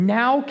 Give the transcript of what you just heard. now